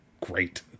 great